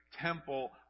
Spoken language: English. temple